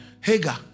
Hagar